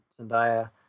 zendaya